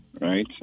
right